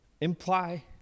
imply